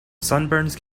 sunburns